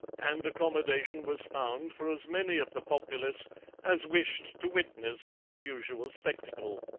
and accommodation was found for as many of the populace as wished to witness the unusual spectacle.